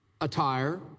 attire